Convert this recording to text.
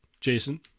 Jason